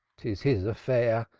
tis his affair,